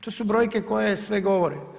To su brojke koje sve govore.